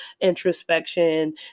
introspection